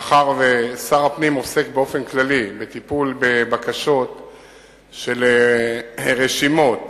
מאחר ששר הפנים עוסק באופן כללי בטיפול בבקשות של רשימות